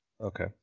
Okay